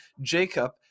Jacob